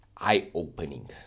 eye-opening